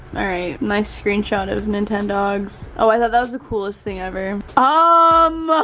alright my screenshot of nintendogs oh, i thought that was the coolest thing ever ah um